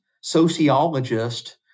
sociologist